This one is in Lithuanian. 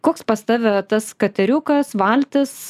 koks pas tave tas kateriukas valtis